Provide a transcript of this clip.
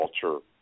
culture